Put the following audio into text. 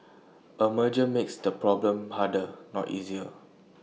A merger makes the problem harder not easier